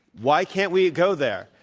why can't we go there?